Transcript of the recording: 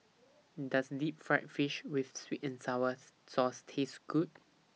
Does Deep Fried Fish with Sweet and Sour Sauce Taste Good